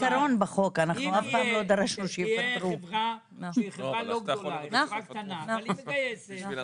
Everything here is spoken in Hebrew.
אם תהיה חברה קטנה והיא מגייסת,